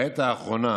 בעת האחרונה